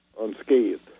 unscathed